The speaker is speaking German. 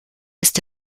ist